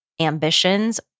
ambitions